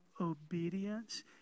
obedience